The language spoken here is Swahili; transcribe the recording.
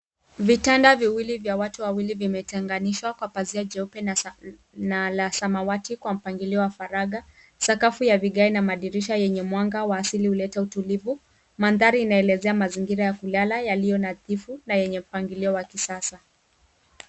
Vitanda viwili vya watu wawili vimetenganishwa kwa pazia jeupe na la samawati kwa mpangilio wa faragha. Sakafu ya vigae na madirisha yenye mwanga wa asili huleta utulivu. Mandhari inaelezea mazingira ya kulala yaliyo nadhifu na yenye mpangilio wa kisasa.